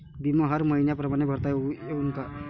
बिमा हर मइन्या परमाने भरता येऊन का?